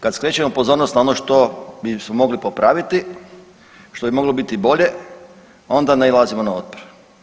Kad skrećemo pozornost na ono što bismo mogli popraviti, što bi moglo biti bolje onda nailazimo na otpor.